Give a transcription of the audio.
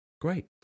great